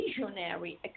visionary